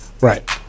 Right